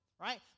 Right